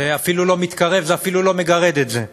זה אפילו לא מתקרב, זה אפילו לא מגרד את זה.